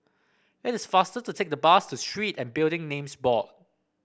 it is faster to take the bus to Street and Building Names Board